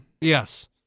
Yes